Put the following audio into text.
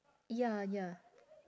ya ya